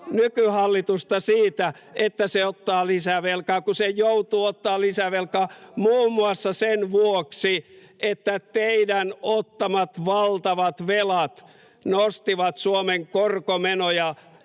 nykyhallitusta siitä, että se ottaa lisää velkaa, kun se joutuu ottamaan lisää velkaa muun muassa sen vuoksi, että teidän ottamat valtavat velat nostivat Suomen korkomenoja